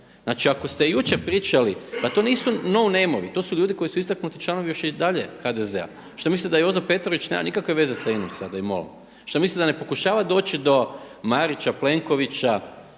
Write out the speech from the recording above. Znači, ako ste jučer pričali, pa to nisu no nejmovi. To su ljudi koji su istaknuti članovi još i dalje HDZ-a. Šta mislite da Jozo Petrović nema nikakve veze sa INA-om sada i MOL-om? Šta mislite da ne pokušava doći do Marića, Plenkovića,